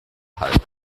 halten